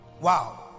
wow